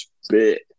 spit